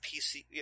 PC